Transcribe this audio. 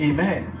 Amen